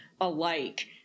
alike